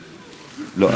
לא,